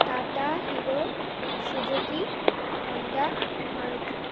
tata Hero Suzuki Honda Maruti